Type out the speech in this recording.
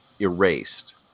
erased